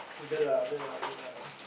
villa villa villa